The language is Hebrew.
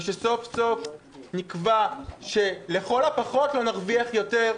ושסוף סוף נקבע שלכל הפחות לא נרוויח יותר.